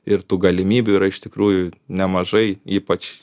ir tų galimybių yra iš tikrųjų nemažai ypač